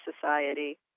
society